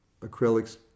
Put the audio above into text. Acrylic's